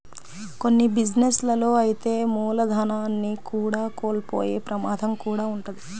కొన్ని బిజినెస్ లలో అయితే మూలధనాన్ని కూడా కోల్పోయే ప్రమాదం కూడా వుంటది